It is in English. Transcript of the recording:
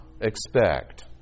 expect